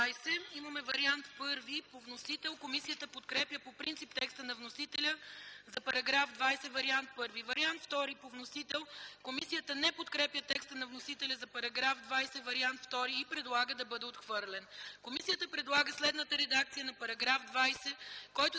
20 – имаме Вариант І по вносител. Комисията подкрепя по принцип текста на вносителя за § 20, Вариант І. Вариант ІІ по вносител – комисията не подкрепя текста на вносителя за § 20, Вариант ІІ и предлага да бъде отхвърлен. Комисията предлага следната редакция на § 20,